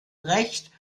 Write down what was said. recht